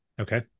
Okay